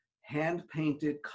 hand-painted